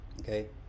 Okay